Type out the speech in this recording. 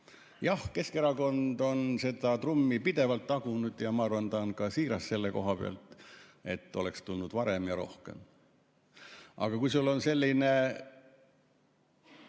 Jah, Keskerakond on seda trummi pidevalt tagunud ja ma arvan, et ta on siiras selle koha pealt, et [seda] oleks tulnud [teha] varem ja rohkem. Aga kui sul on selline,